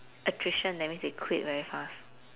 attrition that means they quit very fast